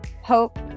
hope